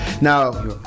Now